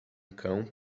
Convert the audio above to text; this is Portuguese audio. cão